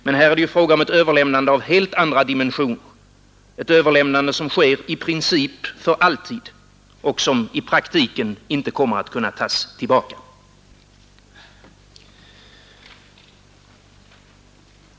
Men här är det fråga om ett överlämnande av helt andra dimensioner, ett överlämnande som sker i princip för alltid och som i praktiken inte kommer att kunna tas tillbaka.